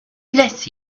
bless